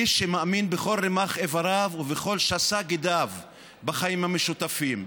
איש שמאמין בכל רמ"ח איבריו ובכל שס"ה גידיו בחיים המשותפים,